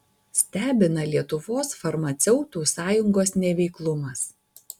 stebina lietuvos farmaceutų sąjungos neveiklumas